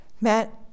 Matt